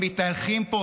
הם מתהלכים בו,